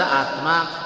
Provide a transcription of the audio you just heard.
Atma